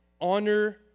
honor